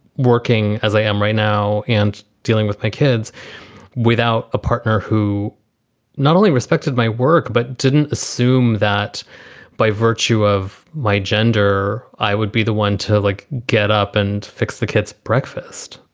working as i am right now and dealing with my kids without a partner who not only respected my work, but didn't assume that by virtue of my gender, i would be the one to, like, get up and fix the kids breakfast,